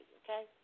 okay